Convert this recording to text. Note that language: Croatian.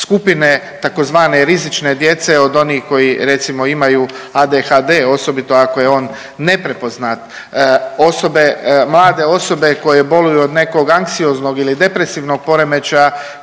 skupine tzv. rizične djece od onih koji recimo imaju ADHD osobito ako je on neprepoznat. Osobe, mlade osobe koje boluju od nekom anksioznog ili depresivnog poremećaja